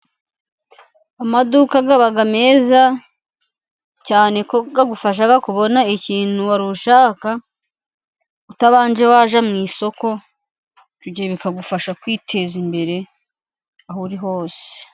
Amaduka aba meza cyane, kuko adufasha kubona ikintu ushaka utabanje kujya mu isoko, ibyo bikagufasha kwiteza imbere aho uri hose.